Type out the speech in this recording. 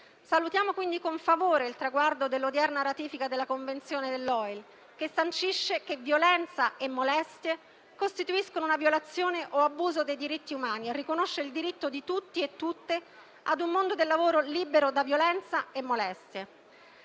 Salutiamo quindi con favore il traguardo dell'odierna ratifica della Convenzione dell'OIL, che sancisce che violenza e molestie costituiscono una violazione o un abuso dei diritti umani e riconosce il diritto di tutti e tutte a un mondo del lavoro libero da violenza e molestie.